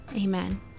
amen